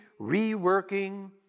reworking